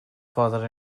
father